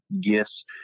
gifts